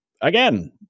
again